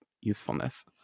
usefulness